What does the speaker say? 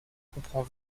comprend